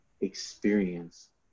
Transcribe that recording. experience